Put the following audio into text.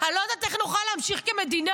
אני לא יודעת איך נוכל להמשיך כמדינה.